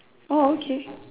oh okay